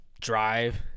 drive